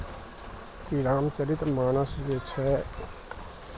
कि राम चरित मानस जे छै